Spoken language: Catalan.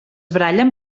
barallen